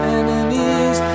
enemies